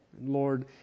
Lord